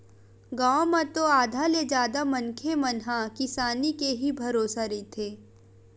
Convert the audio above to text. गाँव म तो आधा ले जादा मनखे मन ह किसानी के ही भरोसा रहिथे